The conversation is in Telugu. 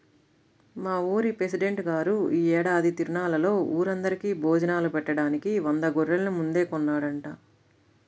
మా ఊరి పెసిడెంట్ గారు యీ ఏడాది తిరునాళ్ళలో ఊరందరికీ భోజనాలు బెట్టడానికి వంద గొర్రెల్ని ముందే కొన్నాడంట